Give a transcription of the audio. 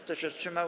Kto się wstrzymał?